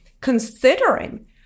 considering